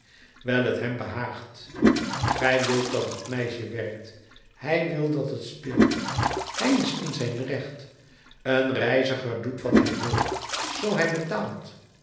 wijl t hem behaagt gij wilt dat het meisje werkt hij wil dat ze speelt hij is in zijn recht een reiziger doet wat hij wil zoo hij betaalt